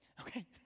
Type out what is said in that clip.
okay